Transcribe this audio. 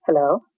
Hello